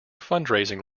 fundraising